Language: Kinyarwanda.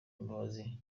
imbabazi